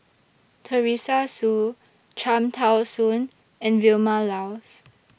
Teresa Hsu Cham Tao Soon and Vilma Laus